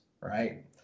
right